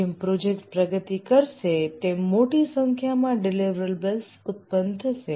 જેમ પ્રોજેક્ટ પ્રગતિ કરશે તેમ મોટી સંખ્યામાં ડિલિવરીબલ્સ ઉત્પન કરશે